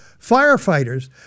firefighters